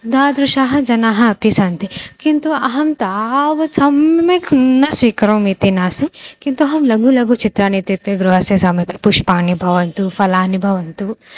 तादृशाः जनाः अपि सन्ति किन्तु अहं तावत् सम्यक् न स्वीकरोमि इति नास्ति किन्तु अहं लघु लघु चित्राणि इत्युक्ते गृहस्य समीपे पुष्पाणि भवन्तु फलानि भवन्तु